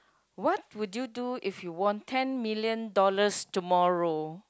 what would you do if you won ten million dollars tomorrow